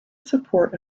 support